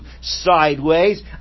sideways